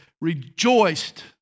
rejoiced